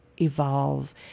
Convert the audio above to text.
evolve